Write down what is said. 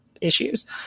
issues